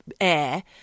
air